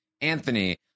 anthony